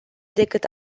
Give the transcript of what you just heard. decât